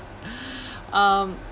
um